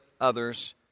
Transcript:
others